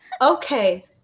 Okay